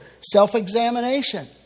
self-examination